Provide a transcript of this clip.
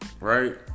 right